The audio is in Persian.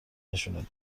نشونت